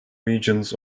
regions